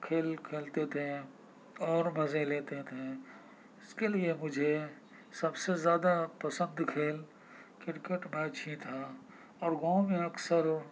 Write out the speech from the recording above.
کھیل کھیلتے تھے اور مزے لیتے تھے اس کے لیے مجھے سب سے زیادہ پسند کھیل کرکٹ میچ ہی تھا اور گاؤں میں اکثر